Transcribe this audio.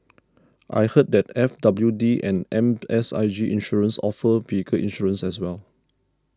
I heard that F W D and M S I G Insurance offer vehicle insurance as well